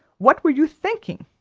what were you thinking?